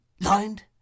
Lined